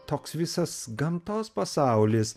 toks visas gamtos pasaulis